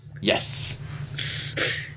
Yes